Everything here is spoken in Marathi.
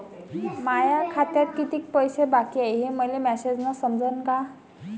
माया खात्यात कितीक पैसे बाकी हाय हे मले मॅसेजन समजनं का?